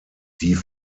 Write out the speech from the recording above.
die